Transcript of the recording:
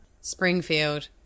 Springfield